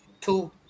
two